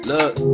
Look